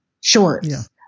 shorts